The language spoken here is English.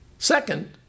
Second